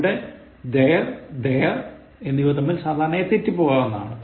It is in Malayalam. ഇവിടെ there their എന്നിവ തമ്മിൽ സാധാരണയായി തെറ്റിപ്പോകാവുന്നതാണ്